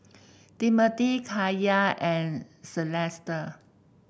Timmothy Kaya and Celesta